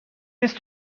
نیست